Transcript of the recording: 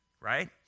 right